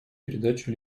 передачу